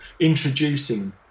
introducing